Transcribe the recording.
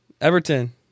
Everton